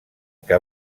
que